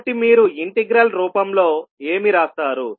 కాబట్టి మీరు ఇంటిగ్రల్ రూపంలో ఏమి రాస్తారు